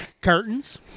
Curtains